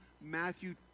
Matthew